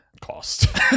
cost